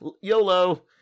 yolo